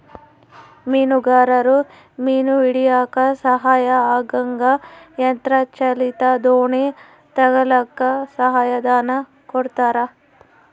ಮೀನುಗಾರರು ಮೀನು ಹಿಡಿಯಕ್ಕ ಸಹಾಯ ಆಗಂಗ ಯಂತ್ರ ಚಾಲಿತ ದೋಣಿ ತಗಳಕ್ಕ ಸಹಾಯ ಧನ ಕೊಡ್ತಾರ